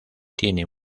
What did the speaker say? tiene